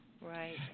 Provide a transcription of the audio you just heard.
Right